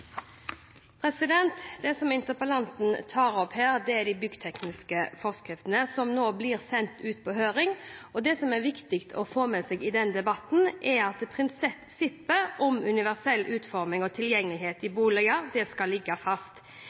Det interpellanten tar opp her, er de byggtekniske forskriftene som nå blir sendt ut på høring. Det som er viktig å få med seg i den debatten, er at prinsippet om universell utforming og tilgjengelighet i boliger skal ligge fast.